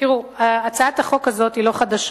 תראו, הצעת החוק הזאת היא לא חדשה.